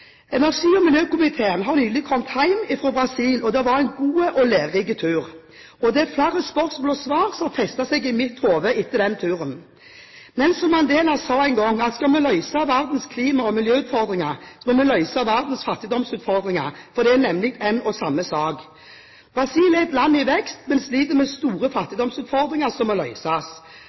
Energi- og miljøkomiteen har nylig kommet hjem fra Brasil, og det var en god og lærerik tur. Det er flere spørsmål og svar som har festet seg i mitt hode etter den turen. Nelson Mandela sa en gang at skal vi løse verdens klima- og miljøutfordringer, må vi løse verdens fattigdomsutfordringer. Det er nemlig en og samme sak. Brasil er et land i vekst, men sliter med store fattigdomsutfordringer som må